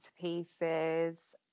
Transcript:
pieces